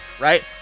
right